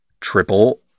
triple